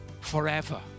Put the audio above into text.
forever